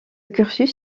cursus